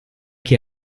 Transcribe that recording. chi